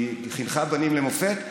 היא חינכה בנים למופת,